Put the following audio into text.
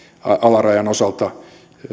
alarajan osalta